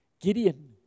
Gideon